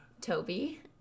Toby